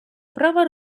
права